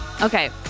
Okay